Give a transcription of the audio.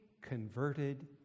converted